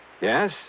Yes